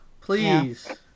Please